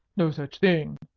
no such thing,